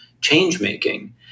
change-making